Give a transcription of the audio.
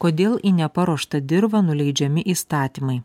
kodėl į neparuoštą dirvą nuleidžiami įstatymai